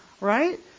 right